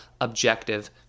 objective